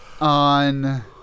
on